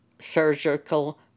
surgical